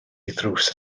ddrws